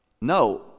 no